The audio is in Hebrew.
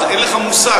אז אין לך מושג.